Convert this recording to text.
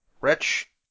Rich